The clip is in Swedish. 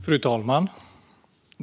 En ny biobankslag Fru talman!